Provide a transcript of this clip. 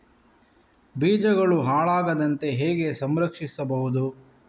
ಬೀಜಗಳು ಹಾಳಾಗದಂತೆ ಹೇಗೆ ಸಂರಕ್ಷಿಸಬಹುದು?